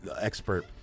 expert